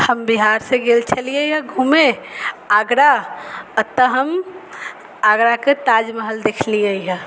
हम बिहार से गेल छलियै हँ घूमे आगरा ओतऽ हम आगराके ताजमहल देखलियै हँ